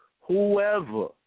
whoever